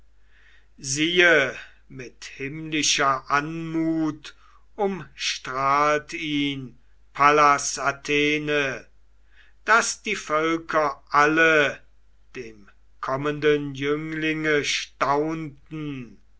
siehe mit himmlischer anmut umstrahlt ihn pallas athene daß die völker alle dem kommenden jünglinge staunten